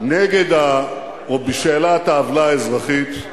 נגד או בשאלת העוולה האזרחית.